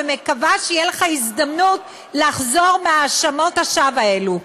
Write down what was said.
ומקווה שתהיה לך הזדמנות לחזור מהאשמות השווא האלה.